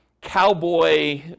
cowboy